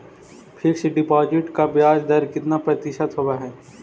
Fix deposit का ब्याज दर कितना प्रतिशत होब है?